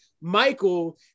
Michael